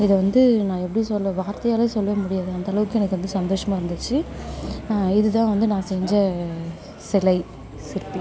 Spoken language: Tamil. இதை வந்து நான் எப்படி சொல்கிறது வார்த்தையாலே சொல்லவே முடியாது அந்தளவுக்கு எனக்கு வந்து சந்தோஷமாக இருந்திச்சு இது தான் நான் வந்து செஞ்ச சிலை சிற்பி